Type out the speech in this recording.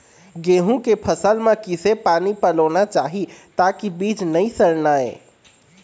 गेहूं के फसल म किसे पानी पलोना चाही ताकि बीज नई सड़ना ये?